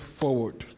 forward